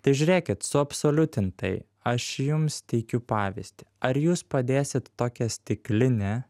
tai žiūrėkit suabsoliutintai aš jums teikiu pavyzdį ar jūs padėsit tokią stiklinę